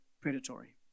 predatory